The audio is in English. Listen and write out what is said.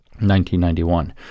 1991